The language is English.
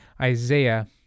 Isaiah